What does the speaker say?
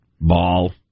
Ball